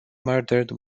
murdered